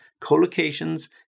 collocations